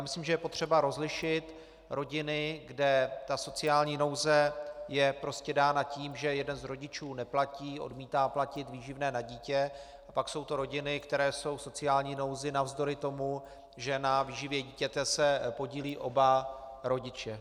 Myslím, že je třeba rozlišit rodiny, kde sociální nouze je prostě dána tím, že jeden z rodičů neplatí, odmítá platit výživné na dítě, pak jsou to rodiny, které jsou v sociální nouzi navzdory tomu, že na výživě dítěte se podílí oba rodiče.